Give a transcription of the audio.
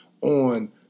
on